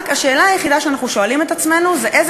השאלה היחידה שאנחנו שואלים את עצמנו היא אילו